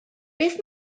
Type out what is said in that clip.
beth